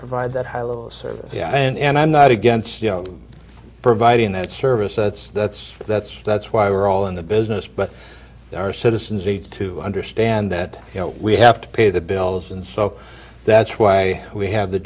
provide that high level of service and i'm not against providing that service that's that's that's that's why we're all in the business but our citizens need to understand that you know we have to pay the bills and so that's why we have the